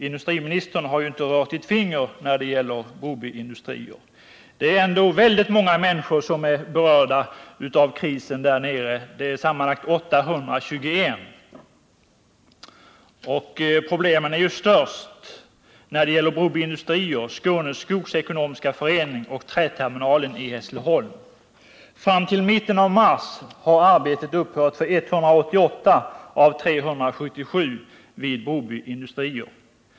Industriministern har inte rört ett finger när det gäller Broby Industrier. Det är ändå väldigt många människor som berörs av krisen där nere, sammanlagt 821. De största problemen finns i Broby Industrier AB, Skåneskog Ekonomisk Förening och Träterminalen i Hässleholm. Fram till mitten av mars har arbetet upphört för 188 av de 377 vid Broby Industrier.